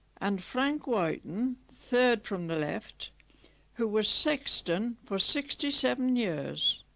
and frank wyton third from the left who was sexton for sixty seven years